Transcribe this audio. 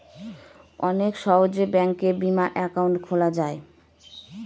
অনেক সহজে ব্যাঙ্কে বিমা একাউন্ট খোলা যায়